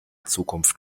zukunft